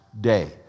day